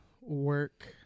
work